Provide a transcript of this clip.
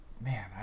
Man